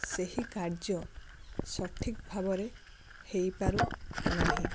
ସେହି କାର୍ଯ୍ୟ ସଠିକ୍ ଭାବରେ ହେଇପାରୁ ନାହିଁ